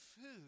food